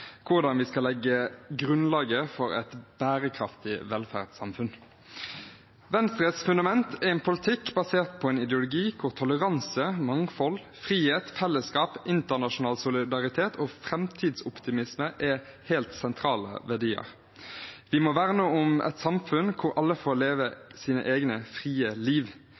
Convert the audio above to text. hvordan vi skal legge grunnlaget for et bærekraftig velferdssamfunn. Venstres fundament er en politikk basert på en ideologi hvor toleranse, mangfold, frihet, fellesskap, internasjonal solidaritet og framtidsoptimisme er helt sentrale verdier. Vi må verne om et samfunn hvor alle får leve sine egne, frie liv.